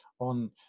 on